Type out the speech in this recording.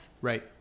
Right